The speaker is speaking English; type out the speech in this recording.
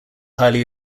highly